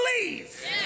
believe